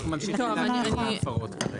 אנחנו ממשיכים להקריא את ההפרות כרגע.